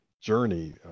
journey